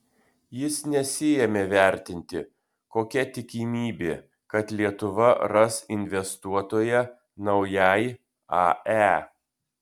jis nesiėmė vertinti kokia tikimybė kad lietuva ras investuotoją naujai ae